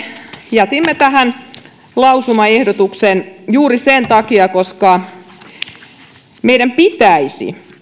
jätimme tähän lausumaehdotuksen juuri sen takia että meidän pitäisi